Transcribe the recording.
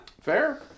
Fair